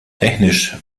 technisch